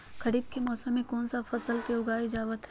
खरीफ के मौसम में कौन कौन सा फसल को उगाई जावत हैं?